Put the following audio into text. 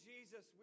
Jesus